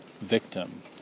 victim